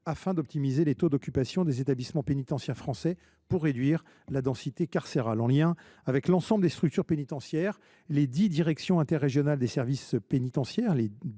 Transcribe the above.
afin d’optimiser les taux d’occupation des établissements français et de réduire la densité carcérale. En lien avec l’ensemble des structures pénitentiaires, les dix directions interrégionales des services pénitentiaires